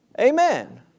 Amen